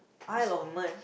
isle of men